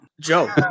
joe